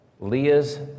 Leah's